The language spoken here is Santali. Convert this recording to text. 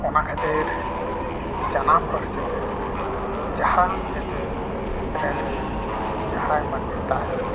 ᱚᱱᱟ ᱠᱷᱟᱹᱛᱤᱨ ᱡᱟᱱᱟᱢ ᱯᱟᱹᱨᱥᱤᱛᱮ ᱡᱟᱦᱟᱱ ᱡᱟᱹᱛᱤ ᱨᱮᱱ ᱜᱮ ᱡᱟᱦᱟᱸᱭ ᱢᱟᱹᱱᱢᱤ ᱛᱟᱦᱮᱱ